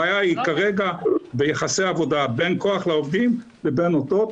הבעיה היא כרגע ביחסי העבודה בין כח לעובדים לבין אותות,